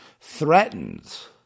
threatens